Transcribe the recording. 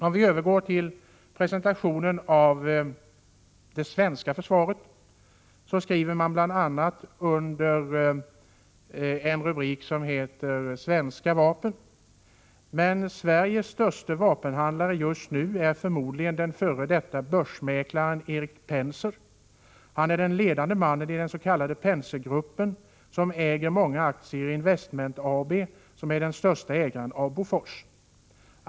Om vi övergår till presentationen av det svenska försvaret finner vi följande under rubriken Svenska vapen: ”Men Sveriges störste vapenhandlare just nu är förmodligen den fd börsmäklaren Erik Penser. Han är den ledande mannen i den sk Pensergruppen som äger många aktier i Investment AB som är den störste ägaren av Bofors.